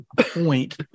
point